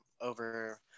over